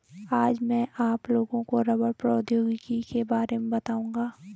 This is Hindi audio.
आज मैं आप लोगों को रबड़ प्रौद्योगिकी के बारे में बताउंगा